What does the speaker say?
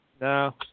No